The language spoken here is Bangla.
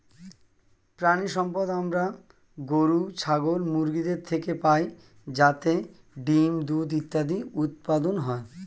প্রাণিসম্পদ আমরা গরু, ছাগল, মুরগিদের থেকে পাই যাতে ডিম্, দুধ ইত্যাদি উৎপাদন হয়